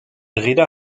rede